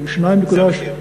זה המחיר.